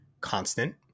constant